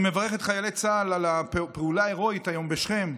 אני מברך את חיילי צה"ל על הפעולה ההירואית היום בשכם.